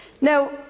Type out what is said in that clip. Now